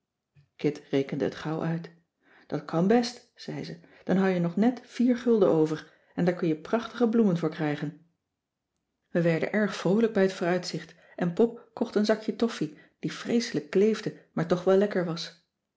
kit rekende het gauw uit dat kan best zei ze dan houd je nog net vier gulden over en daar kun je prachtige bloemen voor krijgen we werden erg vroolijk bij t vooruitzicht en pop kocht een zakje toffee die vreeselijk kleefde maar toch wel lekker was